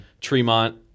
Tremont